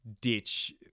ditch